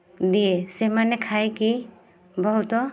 ଦିଏ ସେମାନେ ଖାଇକି ବହୁତ